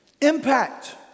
impact